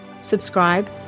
subscribe